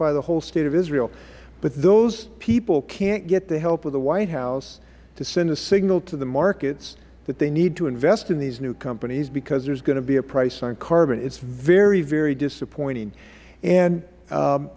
fy the whole state of israel but those people can't get the help of the white house to send a signal to the markets that they need to invest in these new companies because there is going to be a price on carbon it is very very disappointing and